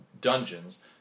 dungeons